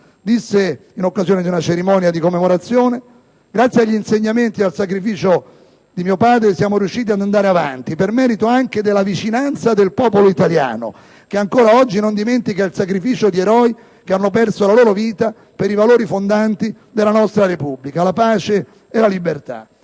dei carabinieri caduto a Nassiriya: «Grazie agli insegnamenti e al sacrificio di mio padre siamo riusciti ad andare avanti, per merito anche della vicinanza del popolo italiano, che ancora oggi non dimentica il sacrificio di eroi che hanno perso la loro vita per i valori fondanti della nostra Repubblica, la pace e la libertà».